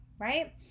right